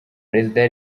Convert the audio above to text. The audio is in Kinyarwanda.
perezida